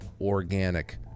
organic